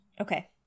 Okay